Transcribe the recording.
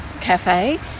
cafe